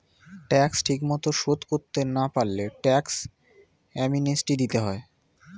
tax ঠিকমতো শোধ করতে না পারলে ট্যাক্স অ্যামনেস্টি দিতে হয়